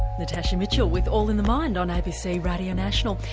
natasha mitchell with all in the mind on abc radio national,